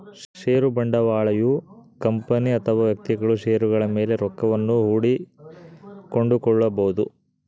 ಷೇರು ಬಂಡವಾಳಯು ಕಂಪನಿ ಅಥವಾ ವ್ಯಕ್ತಿಗಳು ಷೇರುಗಳ ಮೇಲೆ ರೊಕ್ಕವನ್ನು ಹೂಡಿ ಕೊಂಡುಕೊಳ್ಳಬೊದು